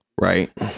Right